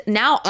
now